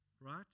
right